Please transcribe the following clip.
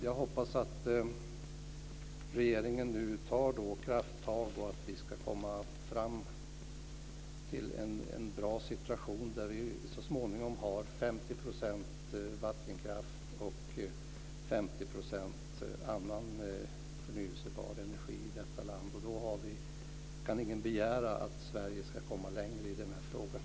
Jag hoppas att regeringen nu tar krafttag och att vi ska komma fram till en bra situation där vi så småningom har 50 % vattenkraft och 50 % annan förnybar energi i detta land. Då kan ingen begära att Sverige ska komma längre i den här frågan.